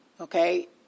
Okay